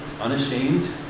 unashamed